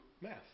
math